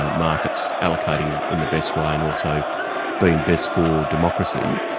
ah markets allocating in the best way and also being best for democracy.